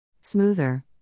smoother